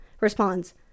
responds